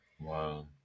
wow